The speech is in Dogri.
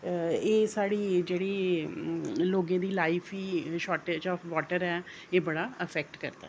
एह् साढ़ी जेह्ड़ी लोगें दी लाइफ गी शार्टेज आफ वाटर ऐ एह् बड़ा इफैक्ट करदा ऐ